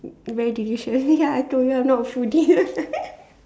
very delicious ya I told you I'm not a foodie